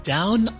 Down